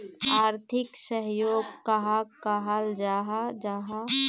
आर्थिक सहयोग कहाक कहाल जाहा जाहा?